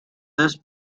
this